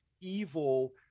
evil